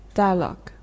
dialogue